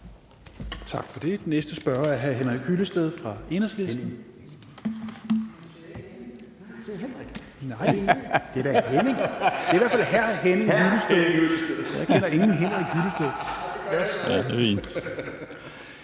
Tak for det. Den næste spørger er hr. Henning Hyllested fra Enhedslisten.